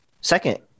Second